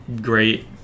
great